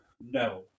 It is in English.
no